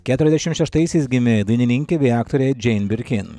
keturiasdešim šeštaisiais gimė dainininkė bei aktorė džein birkin